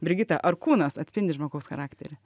brigita ar kūnas atspindi žmogaus charakterį